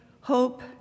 hope